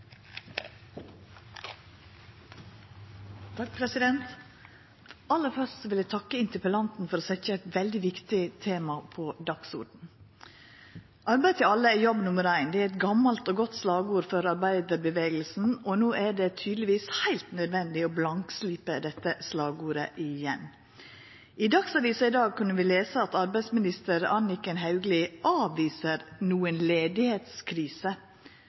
Aller først vil eg takka interpellanten for å setja eit veldig viktig tema på dagsordenen. Arbeid til alle er jobb nummer ein, er eit gamalt og godt slagord for arbeidarbevegelsen, og no er det tydelegvis heilt nødvendig å blankslipa dette slagordet igjen. I Dagsavisen i dag kunne vi lesa at arbeidsminister Anniken Hauglie avviser at det er nokon